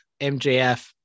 MJF